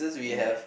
yeah